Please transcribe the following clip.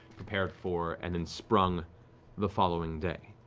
prepared for, and then sprung the following day.